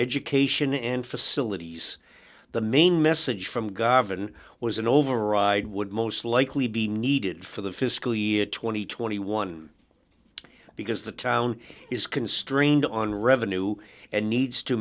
education and facilities the main message from garvan was an override would most likely be needed for the fiscal year two thousand and twenty one because the town is constrained on revenue and needs to